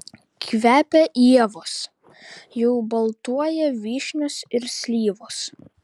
kvepia ievos jau baltuoja vyšnios ir slyvos